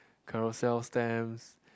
Carousell stamps